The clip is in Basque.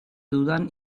dudan